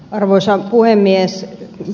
arvoisa puhemies